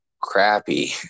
crappy